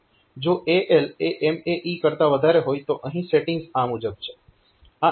જો AL એ MAE કરતા વધારે હોય તો અહીં સેટીંગ્સ આ મુજબ છે